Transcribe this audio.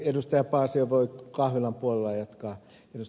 paasio voi kahvilan puolella jatkaa ed